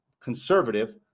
conservative